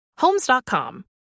Homes.com